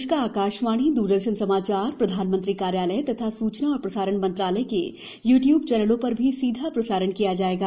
इसका आकाशवाणी द्रदर्शन समाचार प्रधानमंत्री कार्यालय तथा सूचना और प्रसारण मंत्रालय के यू ट्यूब चैनलों पर भी सीधा प्रसारण किया जाएगा